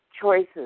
choices